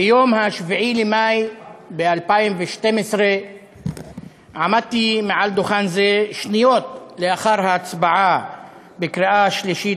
ביום 7 במאי 2012 עמדתי על דוכן זה שניות לאחר ההצבעה בקריאה שלישית